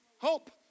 Hope